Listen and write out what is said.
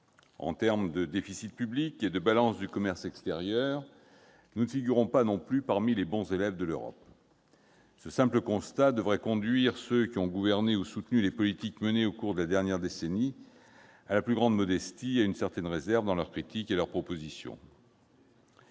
En termes de déficit public et de balance du commerce extérieur, nous ne figurons pas non plus parmi les bons élèves de l'Europe. Ce simple constat devrait conduire ceux qui ont gouverné ou soutenu les politiques menées au cours de la dernière décennie à la plus grande modestie, ainsi qu'à une certaine réserve, dans leurs critiques et leurs propositions.